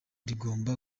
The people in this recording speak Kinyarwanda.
rigomba